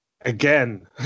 Again